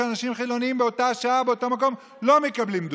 כשאנשים חילונים באותה שעה ובאותו מקום לא מקבלים דוחות.